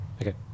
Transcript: Okay